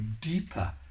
deeper